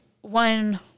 one